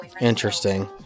Interesting